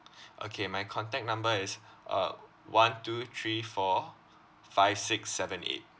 okay my contact number is uh one two three four five six seven eight